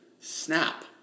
snap